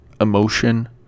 Emotion